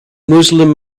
muslim